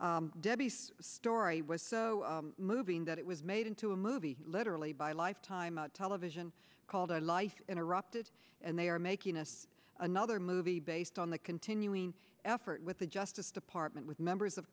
person debbie's story was so moving that it was made into a movie literally by a lifetime television called life interrupted and they are making us another movie based on the continuing effort with the justice department with members of